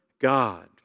God